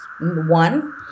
one